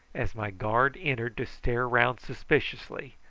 as my guard entered to stare round suspiciously,